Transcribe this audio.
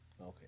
Okay